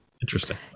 Interesting